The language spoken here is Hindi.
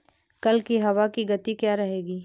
कल की हवा की गति क्या रहेगी?